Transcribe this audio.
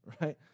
right